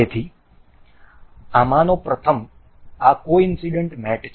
તેથી આમાંનો પ્રથમ આ કોઇન્સડનટ મેટ છે